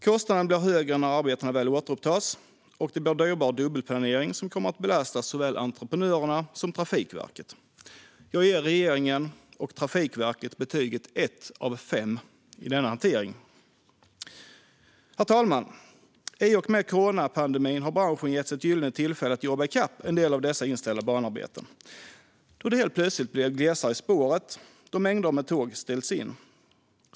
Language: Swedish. Kostnaden blir högre när arbetena väl återupptas, och det blir dyrbar dubbelplanering som kommer att belasta såväl entreprenörerna som Trafikverket. Jag ger regeringen och Trafikverket betyget ett av fem för denna hantering. Herr talman! I och med coronapandemin har branschen getts ett gyllene tillfälle att jobba i kapp en del av dessa inställda banarbeten, då det helt plötsligt blivit glesare i spåret eftersom mängder med tågavgångar ställts in.